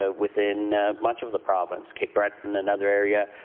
ah within much of the province, cape breton and other area,